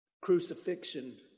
crucifixion